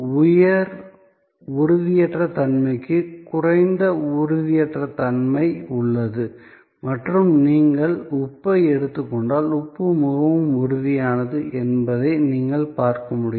உயர் உறுதியற்ற தன்மைக்கு குறைந்த உறுதியற்ற தன்மை உள்ளது மற்றும் நீங்கள் உப்பை எடுத்துக் கொண்டால் உப்பு மிகவும் உறுதியானது என்பதை நீங்கள் பார்க்க முடியும்